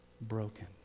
broken